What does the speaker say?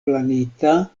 planita